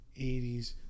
80s